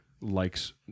likes